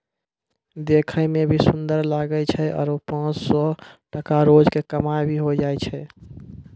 देखै मॅ भी सुन्दर लागै छै आरो पांच सौ टका रोज के कमाई भा भी होय जाय छै